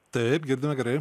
taip girdime gerai